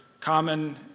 common